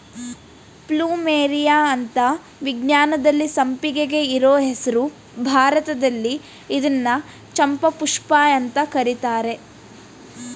plumeria ಅಂತ ವಿಜ್ಞಾನದಲ್ಲಿ ಸಂಪಿಗೆಗೆ ಇರೋ ಹೆಸ್ರು ಭಾರತದಲ್ಲಿ ಇದ್ನ ಚಂಪಾಪುಷ್ಪ ಅಂತ ಕರೀತರೆ